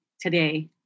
today